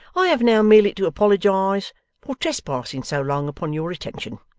i have now merely to apologize for trespassing so long upon your attention.